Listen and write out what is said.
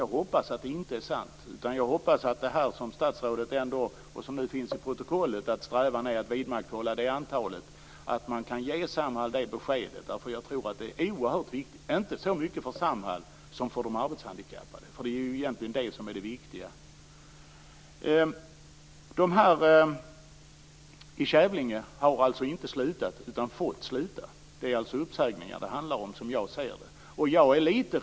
Jag hoppas att det inte är sant, utan jag hoppas att man kan ge Samhall det besked som statsrådet uttalat och som nu förs till protokollet, att strävan är att vidmakthålla antalet anställda. Det är oerhört viktigt - inte så mycket för Samhall som för de arbetshandikappade. Det är de som är de viktiga. De anställda i Kävlinge har alltså inte slutat utan fått sluta. Det handlar alltså, som jag ser det, om uppsägningar.